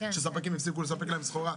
שספקים הפסיקו לספק להם סחורה.